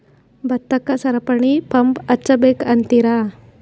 ಭತ್ತಕ್ಕ ಸರಪಣಿ ಪಂಪ್ ಹಚ್ಚಬೇಕ್ ಅಂತಿರಾ?